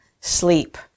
sleep